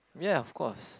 ya of course